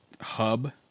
hub